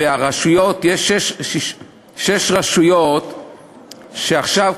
ויש שש רשויות שעכשיו,